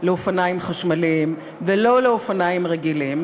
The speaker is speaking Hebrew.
לאופניים חשמליים ולא לאופניים רגילים,